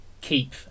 keep